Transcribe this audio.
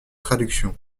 traduction